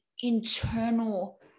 internal